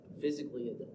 physically